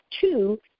two